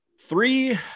Three